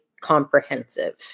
comprehensive